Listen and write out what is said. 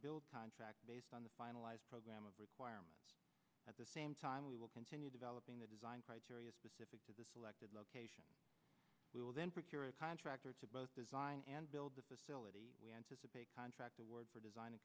build contract based on the finalized program of requirements at the same time we will continue developing the design criteria specific to the selected location we will then a contractor to both design and build the facility we anticipate contract award for design